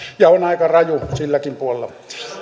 ja on aika raju silläkin puolella